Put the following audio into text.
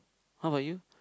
how about you